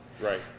Right